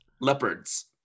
Leopards